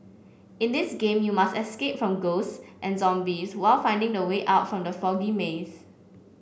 in this game you must escape from ghosts and zombies while finding the way out from the foggy maze